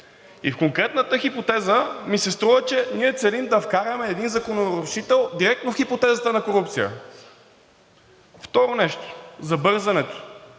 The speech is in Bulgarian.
В конкретната хипотеза ми се струва, че ние целим да вкараме един закононарушител директно в хипотезата на корупция. Второ нещо, за бързането.